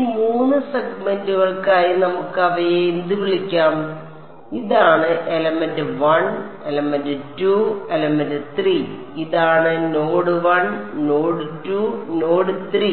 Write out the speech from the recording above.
ഈ 3 സെഗ്മെന്റുകൾക്കായി നമുക്ക് അവയെ എന്ത് വിളിക്കാം ഇതാണ് എലമെന്റ് 1 എലമെന്റ് 2 എലമെന്റ് 3 ഇതാണ് നോഡ് 1 നോഡ് 2 നോഡ് 3